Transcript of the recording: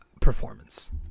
performance